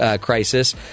crisis